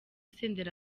senderi